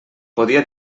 podia